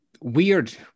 weird